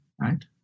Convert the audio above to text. right